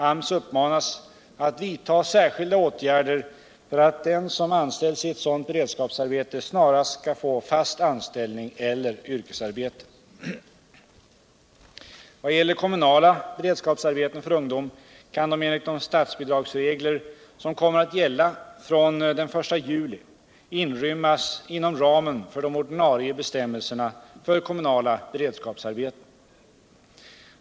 AMS uppmanas att vidta särskilda åtgärder för att den som anställs i ett sådant beredskapsarbete snarast skall få fast anställning eller yrkesarbete.